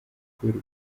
kubera